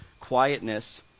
quietness